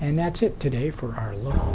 and that's it today for our little